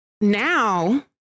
now